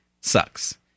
sucks